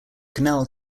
canal